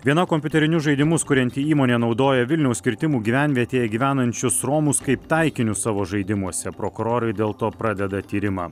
viena kompiuterinius žaidimus kurianti įmonė naudoja vilniaus kirtimų gyvenvietėje gyvenančius romus kaip taikinius savo žaidimuose prokurorai dėl to pradeda tyrimą